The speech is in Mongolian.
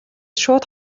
шууд